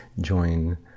join